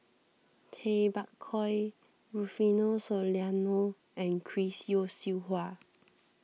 Tay Bak Koi Rufino Soliano and Chris Yeo Siew Hua